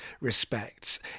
respects